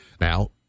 Now